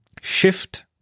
shift